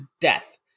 death